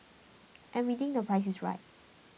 and we think the price is right